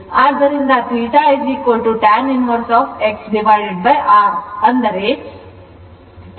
ಆದ್ದರಿಂದ θ tan inverse X R ಅಂದರೆ tan inverse X1 X2 R1R2R3 ಆಗಿದೆ